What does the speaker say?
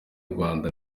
rwanda